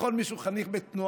לכל מי שהוא חניך בתנועה.